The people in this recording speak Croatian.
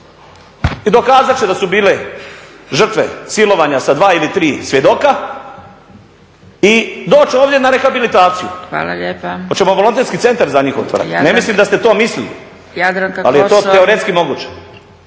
dokazat će da su bili žrtve silovanja sa 2 ili 3 svjedoka i doći ovdje na rehabilitaciju. Hoćemo volonterski centar za njih otvarati? Ne mislim da ste to mislili, ali je to teoretski moguće.